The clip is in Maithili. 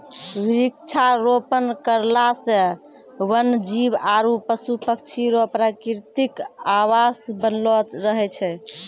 वृक्षारोपण करला से वन जीब आरु पशु पक्षी रो प्रकृतिक आवास बनलो रहै छै